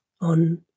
on